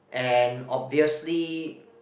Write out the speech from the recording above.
and obviously